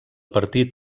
partit